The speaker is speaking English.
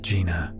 Gina